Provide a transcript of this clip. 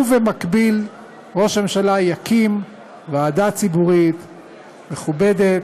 ובמקביל ראש הממשלה יקים ועדה ציבורית מכובדת,